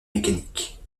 mécaniques